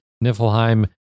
Niflheim